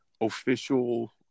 official